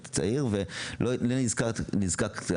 אתה צעיר ולא נזקקת,